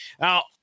now